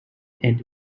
and